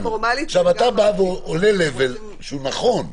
עכשיו אתה עולה level, שהוא נכון,